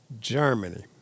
Germany